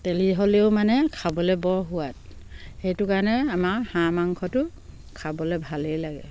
তেলি হ'লেও মানে খাবলৈ বৰ সোৱাদ সেইটো কাৰণে আমাৰ হাঁহ মাংসটো খাবলৈ ভালেই লাগে